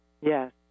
Yes